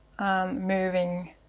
moving